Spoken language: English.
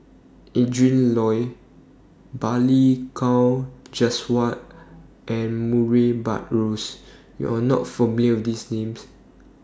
Adrin Loi Balli Kaur Jaswal and Murray Buttrose YOU Are not familiar with These Names